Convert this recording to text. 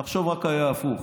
תחשוב שזה רק היה הפוך,